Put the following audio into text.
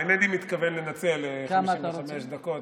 אינני מתכוון לנצל 55 דקות,